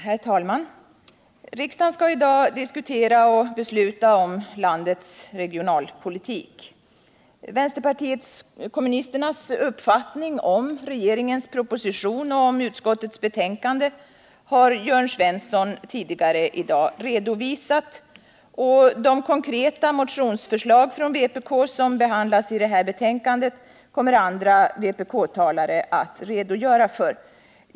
Herr talman! Riksdagen skall i dag diskutera och besluta om landets regionalpolitik. Vpk:s uppfattning om regeringens proposition och utskottets betänkande har Jörn Svensson tidigare i dag redovisat. De konkreta motionsförslag från vpk som behandlas i detta betänkande kommer andra vpk-talare att redogöra för.